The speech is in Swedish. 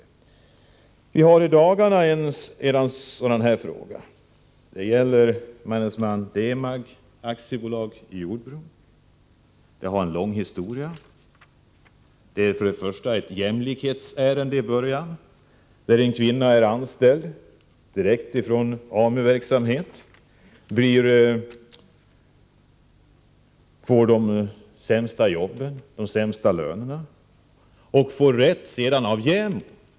Vi har i dagarna ett sådant här fall. Det gäller Mannesman Demag AB i Jordbro. Detta är en lång historia. I början är det ett jämlikhetsärende, där en kvinna anställs direkt från AMU-verksamhet. Hon får de sämsta jobben, de lägsta lönerna, men sedan får hon rätt hos JämO.